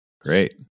Great